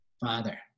father